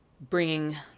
bringing